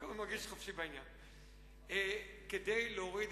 רק לא הייתי מרגיש חופשי בעניין.